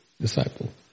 disciple